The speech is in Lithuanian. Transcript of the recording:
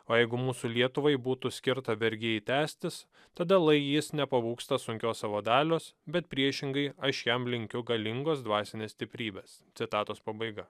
o jeigu mūsų lietuvai būtų skirta vergijai tęstis tada lai jis nepabūgsta sunkios savo dalios bet priešingai aš jam linkiu galingos dvasinės stiprybės citatos pabaiga